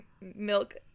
milk